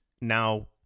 now